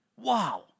Wow